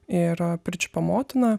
ir pirčiupio motina